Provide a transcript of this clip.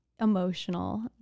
emotional